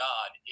God